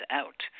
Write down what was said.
out